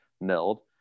milled